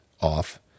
off